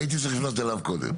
הייתי צריך לפנות אליו קודם.